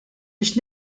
biex